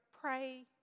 pray